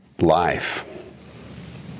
life